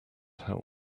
help